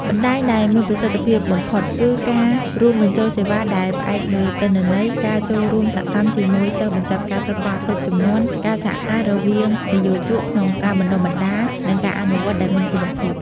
បណ្ដាញដែលមានប្រសិទ្ធភាពបំផុត គឺការរួមបញ្ចូលសេវាដែលផ្អែកលើទិន្នន័យ ការចូលរួមសកម្មជាមួយសិស្សបញ្ចប់ការសិក្សាគ្រប់ជំនាន់ ការសហការរវាងនិយោជកក្នុងការបណ្តុះបណ្តាល និងការអនុវត្តដែលមានគុណភាព។